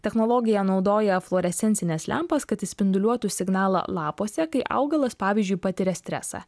technologija naudoja fluorescencines lempas kad išspinduliuotų signalą lapuose kai augalas pavyzdžiui patiria stresą